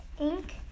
ink